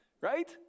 Right